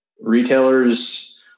retailers